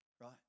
right